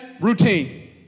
routine